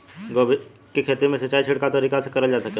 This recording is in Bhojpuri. गोभी के खेती में सिचाई छिड़काव तरीका से क़रल जा सकेला?